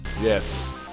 Yes